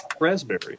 Raspberry